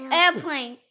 airplane